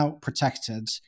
protected